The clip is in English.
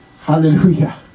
Hallelujah